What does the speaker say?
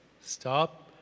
stop